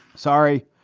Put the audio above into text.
sorry,